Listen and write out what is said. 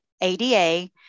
ADA